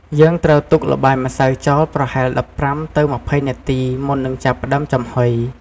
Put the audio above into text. យើងត្រូវទុកល្បាយម្សៅចោលប្រហែល ១៥-២០ នាទី មុននឹងចាប់ផ្តើមចំហុយ។